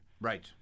Right